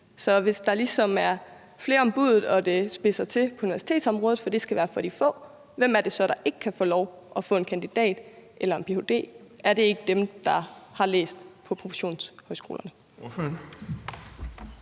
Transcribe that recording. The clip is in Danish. Så hvis der ligesom er flere om buddet og det spidser til på universitetsområdet, fordi det skal være for de få, hvem er det så, der ikke kan få lov til at få en kandidat eller en ph.d.? Er det ikke dem, der har læst på professionshøjskolen?